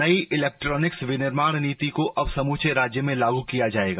नई इलेक्ट्रॉनिक्स विनिर्माण नीति को अब समूचे राज्य में लागू किया जाएगा